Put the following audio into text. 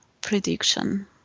prediction